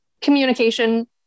communication